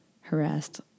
harassed